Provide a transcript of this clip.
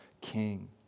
king